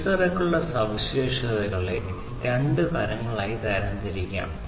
സെൻസറുകളുടെ സവിശേഷതകളെ രണ്ട് തരങ്ങളായി തരംതിരിക്കാം